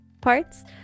parts